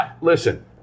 listen